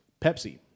Pepsi